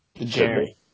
Jerry